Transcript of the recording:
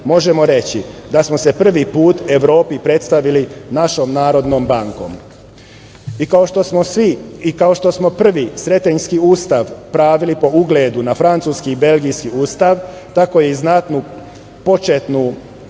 reći da smo se prvi put Evropi predstavili našom Narodnom bankom i kao što smo svi i kao što smo prvi Sretenjski ustav pravili po ugledu na fracuski, belgijski ustav tako je i znatnu početnu